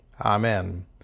amen